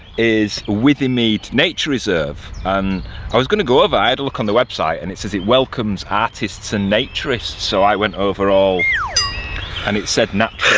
is withymead nature reserve and i was going to go over i had a look on the website and it says it welcomes artists and naturists, so i went over all and it said natural.